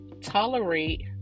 tolerate